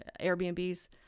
Airbnbs